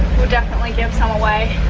we'll definitely give some away,